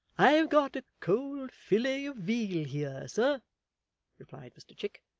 i have got a cold fillet of veal here, sir replied mr chick,